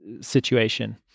situation